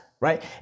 right